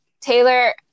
Taylor